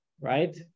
right